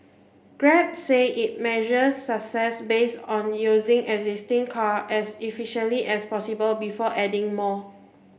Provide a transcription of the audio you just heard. grab says it measures success based on using existing car as efficiently as possible before adding more